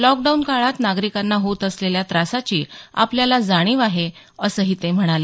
lockdown काळात नागरिकांना होत असलेल्या त्रासाची आपणाला जाणीव आहे असंही ते म्हणाले